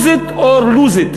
Use it or lose it.